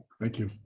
thank you.